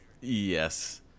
Yes